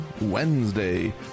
Wednesday